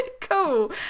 cool